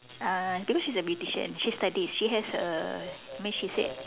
uh because she's a beautician she studies she has a I mean she said